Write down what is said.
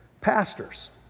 pastors